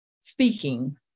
speaking